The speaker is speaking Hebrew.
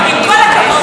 עם כל הכבוד,